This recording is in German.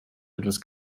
etwas